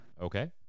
Okay